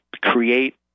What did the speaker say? create